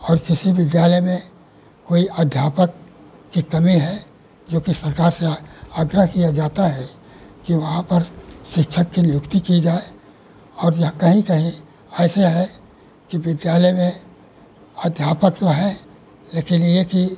और किसी विद्यालय में कोई अध्यापक की कमी है जोकि सरकार से आग्रह किया जाता है कि वहाँ पर शिक्षक की नियुक्ती की जाए और यह कहीं कहीं ऐसे है कि विद्यालय में अध्यापक तो हैं लेकिन एक ही